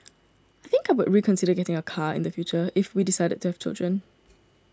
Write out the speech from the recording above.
I think I would reconsider getting a car in the future if we decided to have children